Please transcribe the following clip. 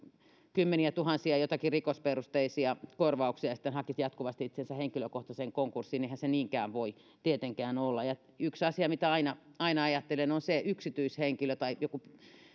tuhansia jotakin rikosperusteisia korvauksia ja sitten hakisi jatkuvasti itsensä henkilökohtaiseen konkurssiin niin eihän se niinkään voi tietenkään olla ja yksi asia mitä aina aina ajattelen on se yksityishenkilö tai jotkut